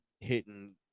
hitting